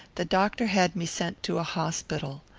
the doctor had me sent to a hospital.